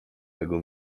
tego